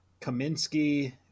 Kaminsky